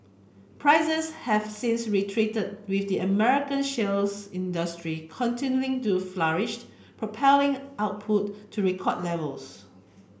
prices have since retreated with the American shale's industry continuing to flourish propelling output to record levels